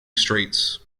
streets